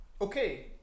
okay